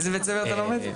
באיזה בית ספר אתה לומד?